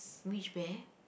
which bear